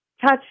touch